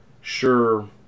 sure